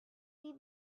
see